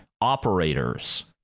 operators